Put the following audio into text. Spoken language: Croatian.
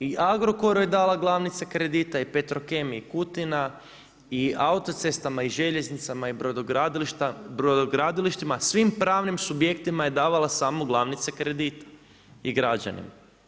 I Agrokoru je dala glavnice kredita i Petrokemiji Kutina i autocestama i željeznicama i brodogradilištima, svim pravnim subjektima je davala samo glavnice kredita i građanima.